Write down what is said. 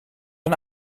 een